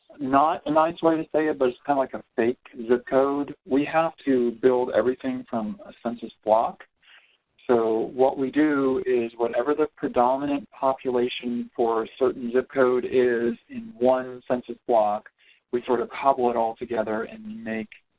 not a nice way to say it but it's kind like a fake zip code we have to build everything from a census block so what we do is whatever the predominant population for certain zip code is in one census block we sort of hobble it all together and make